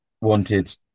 wanted